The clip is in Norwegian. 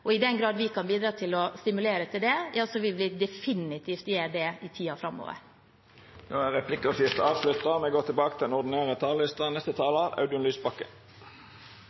Og i den grad vi kan bidra til å stimulere til det, vil vi definitivt gjøre det i tiden framover. Replikkordskiftet er omme. Folk har sendt 100 representanter til